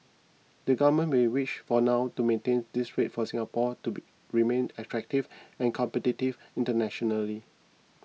the government may wish for now to maintain this rate for Singapore to be remain attractive and competitive internationally